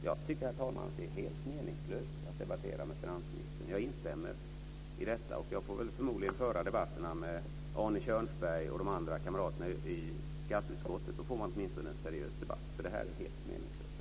Jag tycker, herr talman, att det är helt meningslöst att debattera med finansministern - jag instämmer i det. Jag får förmodligen föra debatterna med Arne Då får man åtminstone en seriös debatt, för det här är helt meningslöst.